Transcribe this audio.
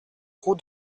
route